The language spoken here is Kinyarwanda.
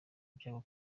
ibyago